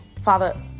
Father